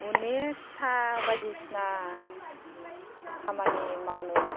अनेखथा बायदिसिना खामानि मावनो